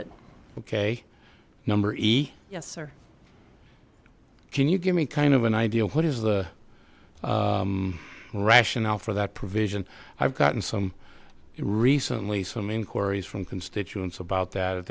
it ok number yes or can you give me kind of an idea what is the rationale for that provision i've gotten some recently some inquiries from constituents about that